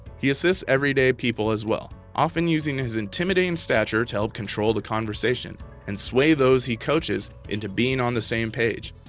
he assists everyday people as well, often using his intimidating stature to help control the conversation and sway those he coaches into being on the same page.